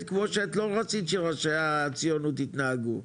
כמו שאת לא רצית שראשי הציונות התנהגו.